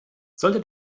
sollte